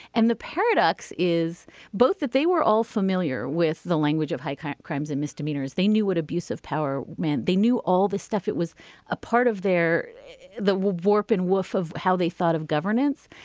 and the paradox is both that they were all familiar with the language of high kind of crimes and misdemeanors. they knew what abuse of power meant. they knew all the stuff it was a part of their that will warp in wolf of how they thought of governance.